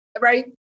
right